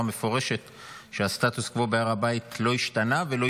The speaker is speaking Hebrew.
מפורשת שהסטטוס קוו בהר הבית לא השתנה,